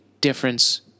difference